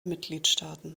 mitgliedstaaten